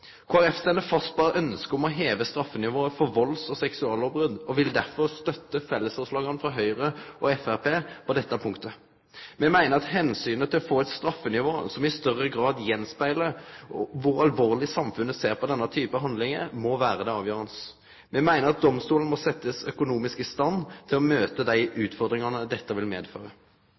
fast på ønsket om å heve straffenivået for valds- og seksuallovbrot, og vil derfor stø fellesforslaga frå Høgre og Framstegspartiet på dette punktet. Me meiner at omsynet til å få eit straffenivå som i større grad speglar av kor alvorleg samfunnet ser på denne typen handlingar, må vere avgjerande. Me meiner at domstolane må setjast økonomisk i stand til å møte dei utfordringane dette vil medføre.